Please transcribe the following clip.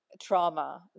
trauma